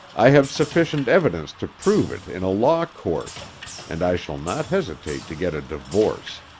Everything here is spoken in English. i have sufficient evidence to prove it in a law court and i shall not hesitate to get a divorce.